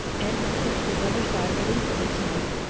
anne finished up with another sigh, of relief this time.